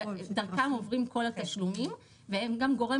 דרכם עוברים כל התשלומים והם גם הגורם